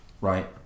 right